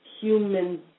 human